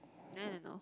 I don't know